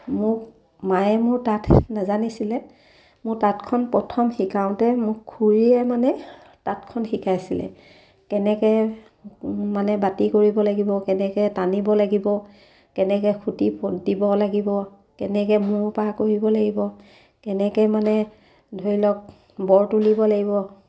মোক মায়ে মোৰ তাঁত নাজানিছিলে মোৰ তাঁতখন প্ৰথম শিকাওঁতে মোক খুৰীয়ে মানে তাঁতখন শিকাইছিলে কেনেকৈ মানে বাতি কৰিব লাগিব কেনেকৈ টানিব লাগিব কেনেকৈ খুটি দিব লাগিব কেনেকৈ মূৰ পাৰ কৰিব লাগিব কেনেকৈ মানে ধৰি লওক বৰ তুলিব লাগিব